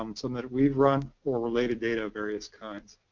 um some that we've run, or related data of various kinds.